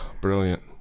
brilliant